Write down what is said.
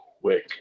quick